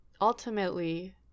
ultimately